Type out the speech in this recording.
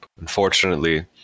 unfortunately